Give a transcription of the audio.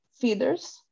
feeders